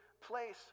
place